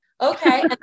okay